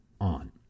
on